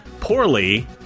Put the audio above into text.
poorly